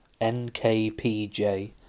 NKPJ